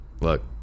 Look